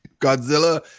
Godzilla